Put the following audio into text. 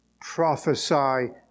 prophesy